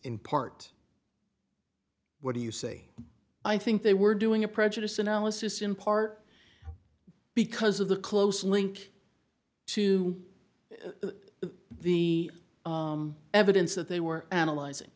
in part what do you say i think they were doing a prejudice analysis in part because of the close link to the evidence that they were analyzing